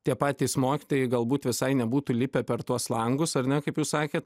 tie patys mokytojai galbūt visai nebūtų lipę per tuos langus ar ne kaip jūs sakėt